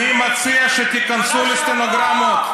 מציע שתיכנסו לסטנוגרמות.